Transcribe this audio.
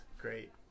great